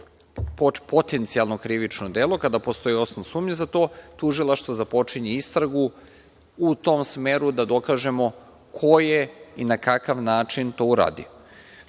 potencijalno krivično delo, kada postoji osnov sumnje za to Tužilaštvo započinje istragu u tom smeru da dokažemo ko je i na kakav način to uradio. To